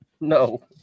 No